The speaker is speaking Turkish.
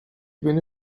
bin